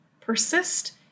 Persist